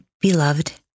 Beloved